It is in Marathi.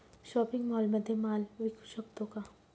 शॉपिंग मॉलमध्ये माल विकू शकतो का?